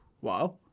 wow